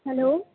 hello